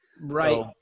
Right